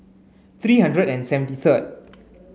three hundred and seventy third